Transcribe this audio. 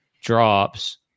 drops